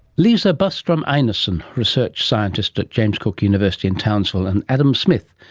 lisa bostrom-einarsson, research scientist at james cook university in townsville, and adam smith,